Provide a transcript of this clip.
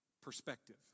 perspective